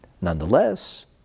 Nonetheless